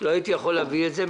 לא הייתי יכול להביא את זה,